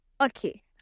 okay